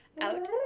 out